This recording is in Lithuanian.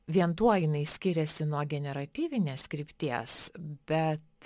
vien tuo jinai skiriasi nuo generatyvinės krypties bet